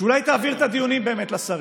שאולי תעביר את הדיונים באמת לשרים,